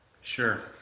Sure